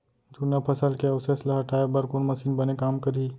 जुन्ना फसल के अवशेष ला हटाए बर कोन मशीन बने काम करही?